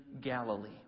Galilee